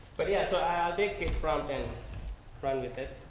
but yeah, so i ah did get prompt and run with it.